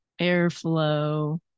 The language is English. airflow